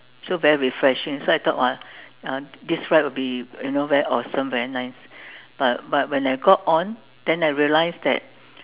so very refreshing so I thought that !wah! uh this ride will be you know very awesome very nice but but when I got on then I realised that